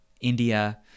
India